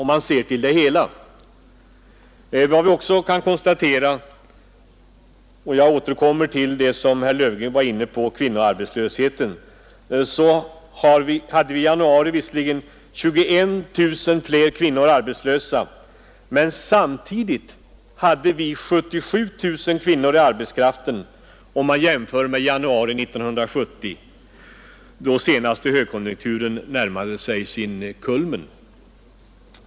Vi skall också lägga märke till — och där kommer jag in på vad herr Löfgren talade om, nämligen kvinnoarbetslösheten — att vi i januari visserligen hade 21 000 fler arbetslösa kvinnor, men samtidigt hade vi 77 000 fler kvinnor ute på arbetsmarknaden, jämfört med januari 1970, då den senaste högkonjunkturen närmade sig sin kulmen.